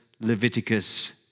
Leviticus